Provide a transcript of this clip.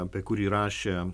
apie kurį rašė